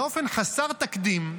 באופן חסר תקדים,